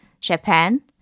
Japan